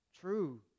True